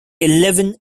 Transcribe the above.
eleven